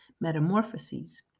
Metamorphoses